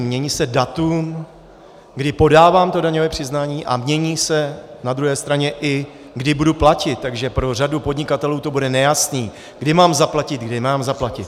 Mění se datum, kdy podávám daňové přiznání, a mění se na druhé straně, i kdy budu platit, takže pro řadu podnikatelů to bude nejasné, kdy mám zaplatit, kdy nemám zaplatit.